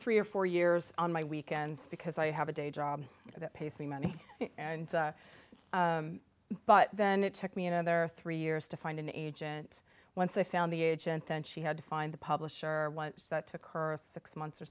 three or four years on my weekends because i have a day job that pays me money and but then it took me another three years to find an agent once i found the agent then she had to find the publisher one that took her six months or